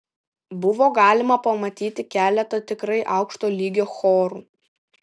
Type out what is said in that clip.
buvo galima pamatyti keletą tikrai aukšto lygio chorų